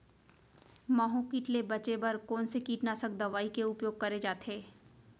माहो किट ले बचे बर कोन से कीटनाशक दवई के उपयोग करे जाथे?